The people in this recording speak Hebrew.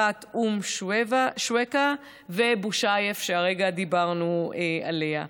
אחת אום שוויכה, ובושאייף, שהרגע דיברנו עליה.